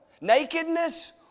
Nakedness